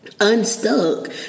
unstuck